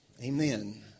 Amen